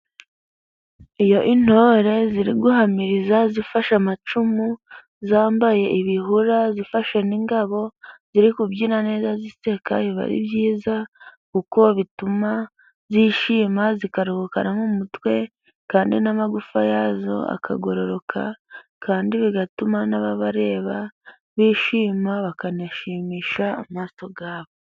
Iyo intore ziraguhamiriza zifashe amacumu, zambaye ibihura, zifasha n'ingabo, ziri kubyina neza iteka biba ari byiza, kuko bituma zishima, zikaruhuka no mu mutwe kandi n'amagufa yazo akagororoka, kandi bigatuma n'ababareba bishima bakanashimisha amaso yabo.